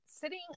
sitting